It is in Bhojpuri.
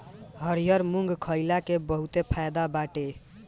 हरिहर मुंग खईला के बहुते फायदा बाटे